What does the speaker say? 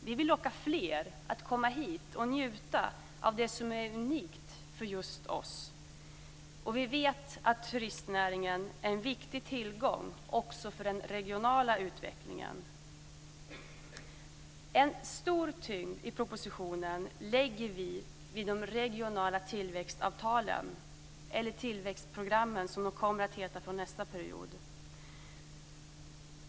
Vi vill locka fler att komma hit och njuta av det som är unikt för just oss. Vi vet att turistnäringen är en viktig tillgång också för den regionala utvecklingen. En stor tyngd i propositionen lägger vi vid de regionala tillväxtavtalen, eller tillväxtprogrammen, som de kommer att heta från nästa period.